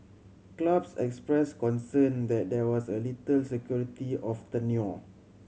clubs expressed concern that there was little security of tenure